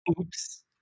oops